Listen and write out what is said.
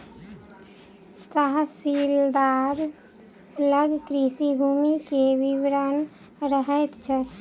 तहसीलदार लग कृषि भूमि के विवरण रहैत छै